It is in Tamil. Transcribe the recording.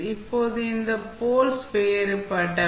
இப்போது இந்த போல்ஸ் வேறுபட்டவை